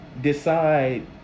decide